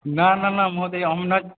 न न न महोदय अहं न